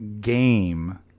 game